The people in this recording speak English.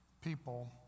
people